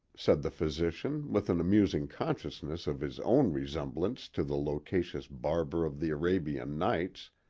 said the physician, with an amusing consciousness of his own resemblance to the loquacious barber of the arabian nights,